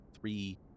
three